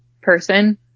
person